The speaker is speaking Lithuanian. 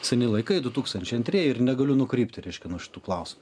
seni laikaidu tūkstančiai antrieji ir negaliu nukrypti reiškia nuo šitų klausimų